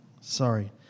Sorry